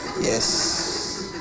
Yes